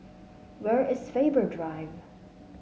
where is Faber Drive